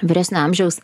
vyresnio amžiaus